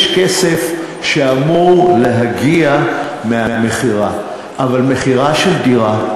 יש כסף שאמור להגיע מהמכירה, אבל מכירה של דירה,